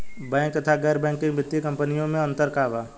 Bank तथा गैर banking वित्तीय कम्पनीयो मे अन्तर का बा?